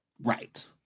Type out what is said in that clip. Right